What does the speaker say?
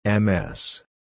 MS